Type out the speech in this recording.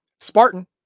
Spartan